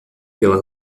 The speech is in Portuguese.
pela